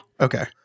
Okay